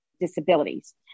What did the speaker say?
disabilities